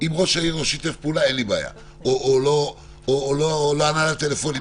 אם ראש העיר לא שיתף פעולה או לא ענה לטלפונים,